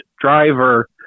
driver